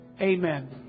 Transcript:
Amen